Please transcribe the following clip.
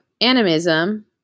animism